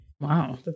Wow